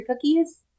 cookies